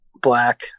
black